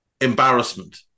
embarrassment